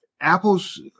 apples